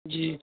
جی